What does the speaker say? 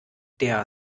der